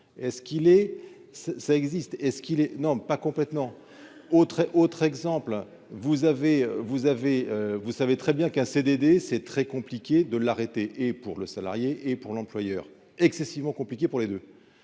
et ce qu'il est, ça existe et ce qui les non pas complètement, autre exemple, vous avez, vous avez, vous savez très bien qu'un CDD c'est très compliqué de l'arrêter et pour le salarié et pour l'employeur excessivement compliqué pour les deux